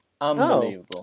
Unbelievable